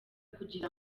kugira